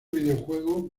videojuego